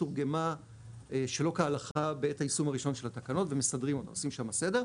תורגמה שלא כהלכה בעת היישום הראשון של התקנות ועושים שם סדר.